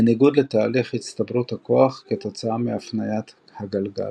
בניגוד לתהליך הצטברות הכוח כתוצאה מהפניית הגלגל.